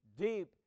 deep